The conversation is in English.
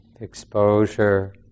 exposure